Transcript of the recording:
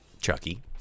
Chucky